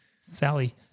Sally